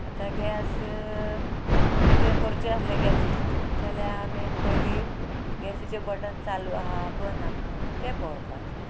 आतां गॅस कितें करचें आसलें गॅसीर जाल्या आमी मेन पयलीं गॅसीचें बटन चालू आहा बंद आहा तें पळोवपा जाय